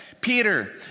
Peter